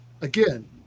again